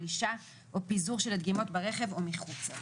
גלישה או פיזור של הדגימות ברכב או מחוצה לו.